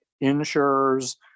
insurers